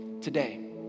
today